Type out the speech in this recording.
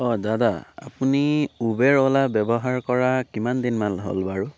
অঁ দাদা আপুনি উবেৰ অ'লা ব্যৱহাৰ কৰা কিমানদিন মান হ'ল বাৰু